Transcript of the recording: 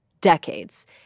decades